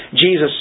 Jesus